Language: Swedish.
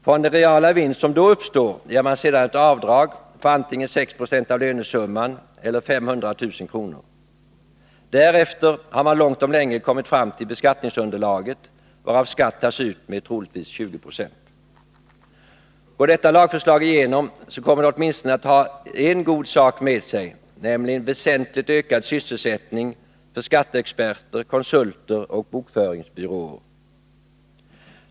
Från den reala vinst som då uppstår gör man sedan ett avdrag med antingen 6 90 av lönesumman eller 500 000 kr. Därefter har man långt om länge kommit fram till beskattningsunderlaget, varav skatt tas ut med troligtvis 20 90. Går detta lagförslag igenom, kommer det åtminstone att ha en god sak med sig, nämligen väsentligt ökad sysselsättning för skatteexperter, konsulter och bokföringsbyråer.